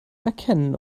erkennen